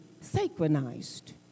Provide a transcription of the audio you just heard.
synchronized